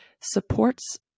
supports